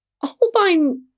Holbein